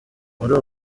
muli